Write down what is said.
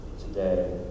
today